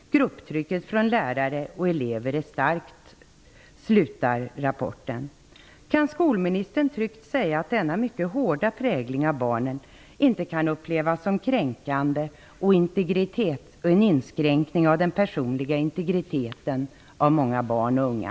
Grupptrycket från lärare och elever är starkt.'' Kan skolministern tryggt säga att denna mycket hårda prägling av barnen inte kan upplevas som kränkande och en inskränkning av den personliga integriteten av många barn och unga?